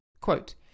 Quote